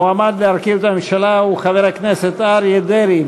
המועמד להרכיב את הממשלה הוא חבר הכנסת אריה דרעי.